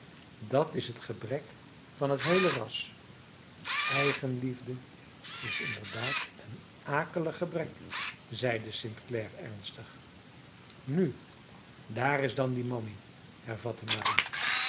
dat is het gebrek van het geheele ras eigenliefde is inderdaad een akelig gebrek zeide st clare ernstig nu daar is dan die mammy hervatte marie